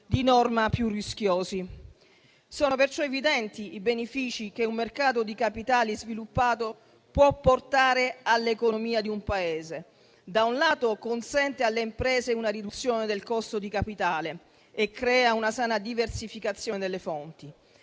di norma più rischiosi. Sono perciò evidenti i benefici che un mercato di capitali sviluppato può portare all'economia di un Paese: da un lato, consente alle imprese una riduzione del costo di capitale e crea una sana diversificazione delle fonti;